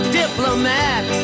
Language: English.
diplomat